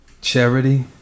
charity